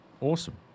awesome